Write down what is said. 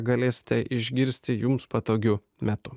galėsite išgirsti jums patogiu metu